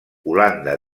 holanda